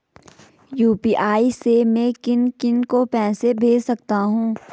UPI से मैं किन किन को पैसे भेज सकता हूँ?